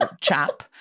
chap